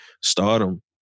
stardom